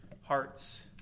hearts